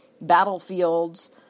battlefields